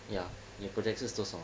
ya 你的 project 是做什么